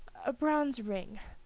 a bronze ring.